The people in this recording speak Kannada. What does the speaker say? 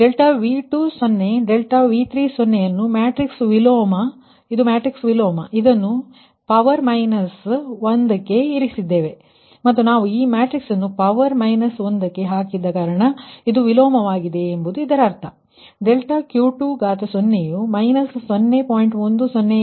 ಆದ್ದರಿಂದ ∆V20 ∆V30 ಇದು ಮ್ಯಾಟ್ರಿಕ್ಸ್ ವಿಲೋಮ ಇದನ್ನು ಪವರ್ ಮೈನಸ್ 1 ಗೆ ಇರಿಸಿದ್ದೇನೆ ಮತ್ತು ನಾವು ಈ ಮ್ಯಾಟ್ರಿಕ್ಸ್ ಅನ್ನು ಪವರ್ ಮೈನಸ್ 1 ಗೆ ಹಾಕಿದ್ದೇವೆ ಇದು ವಿಲೋಮವಾಗಿದ್ದು ಇದರರ್ಥ ∆Q20 ವು 0